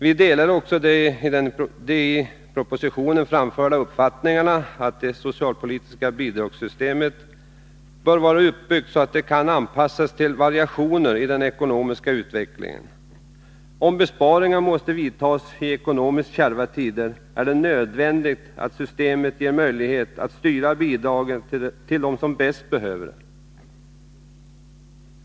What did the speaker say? Vi delar också den i propositionen framförda uppfattningen att det socialpolitiska bidragssystemet bör vara uppbyggt så, att det kan anpassas till variationer i den ekonomiska utvecklingen. Om besparingar måste vidtas i ekonomiskt kärva tider, är det nödvändigt att systemet ger möjligheter att styra bidragen till dem som bäst behöver dem.